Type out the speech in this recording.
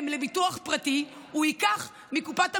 לביטוח פרטי הוא ייקח מקופת המדינה,